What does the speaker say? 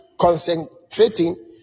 concentrating